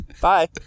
bye